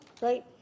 right